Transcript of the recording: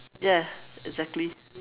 ya exactly